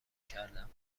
کردهام